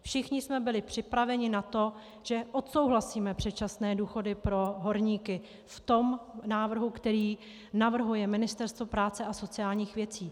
Všichni jsme byli připraveni na to, že odsouhlasíme předčasné důchody pro horníky v tom návrhu, který navrhuje Ministerstvo práce a sociálních věcí.